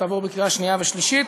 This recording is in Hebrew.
תעבור בקריאה שנייה ושלישית,